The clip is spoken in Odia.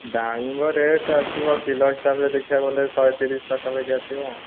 ଡାଳିମ୍ବ ରେଟ୍ ଆସିବ କିଲୋ ହିସାବରେ ଦେଖିବାକୁ ଗଲେ ଶହେତିରିଶ ପାଖାପାଖି ଆସିବ